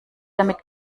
damit